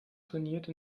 trainierte